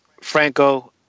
Franco